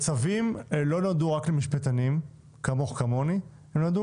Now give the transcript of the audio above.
צווים לא נועדו רק למשפטנים כמוך וכמוני אלא נועדו